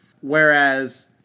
Whereas